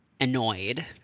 annoyed